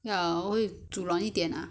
我会煮软一点 lah